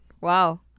Wow